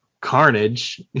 Carnage